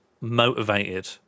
motivated